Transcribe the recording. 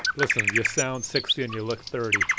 listen. you sound sixty and you look thirty